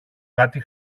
κάτι